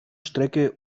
strecke